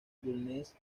bulnes